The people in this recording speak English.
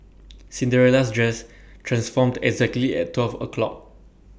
Cinderella's dress transformed exactly at twelve o'clock